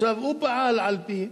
הוא פעל על-פי,